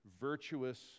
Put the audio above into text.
virtuous